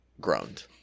groaned